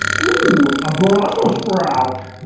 ooo! a brussels sprout!